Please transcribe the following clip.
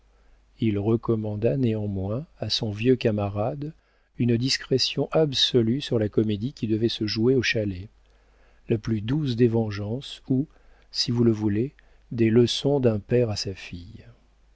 il recommanda néanmoins à son vieux camarade une discrétion absolue sur la comédie qui devait se jouer au chalet la plus douce des vengeances ou si vous le voulez des leçons d'un père à sa fille